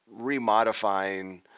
remodifying